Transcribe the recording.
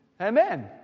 Amen